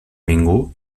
ningú